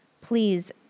Please